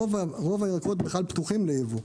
רוב הירקות בכלל פתוחים ליבוא,